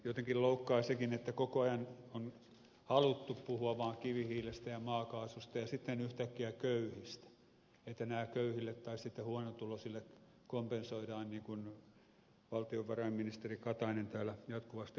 jotenkin loukkaa sekin että koko ajan on haluttu puhua vaan kivihiilestä ja maakaasusta ja sitten yhtäkkiä köyhistä että nämä köyhille tai huonotuloisille kompensoidaan niin kuin valtiovarainministeri katainen täällä jatkuvasti on höpöttänyt